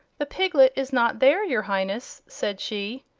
the piglet is not there, your highness, said she.